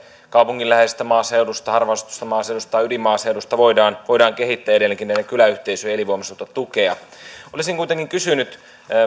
kaupungin läheisestä maaseudusta harvaan asutusta maaseudusta tai ydinmaaseudusta voidaan voidaan kehittää edelleenkin ja näiden kyläyhteisöjen elinvoimaisuutta tukea olisin kuitenkin kysynyt